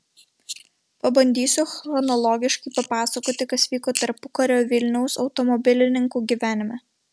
pabandysiu chronologiškai papasakoti kas vyko tarpukario vilniaus automobilininkų gyvenime